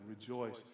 rejoice